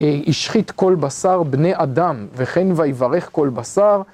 השחית כל בשר בני אדם וכן ויברך כל בשר.